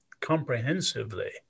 comprehensively